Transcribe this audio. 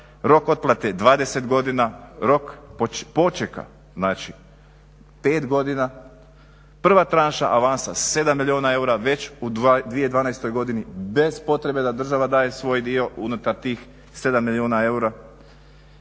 rok otplate 20 godina, rok počeka znači 5 godina, prva tranša avansa 7 milijuna eura, već u 2012. godini bez potrebe da država daje svoj dio unutar tih 7 milijuna eura.